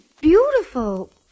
beautiful